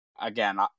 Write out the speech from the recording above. again